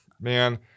man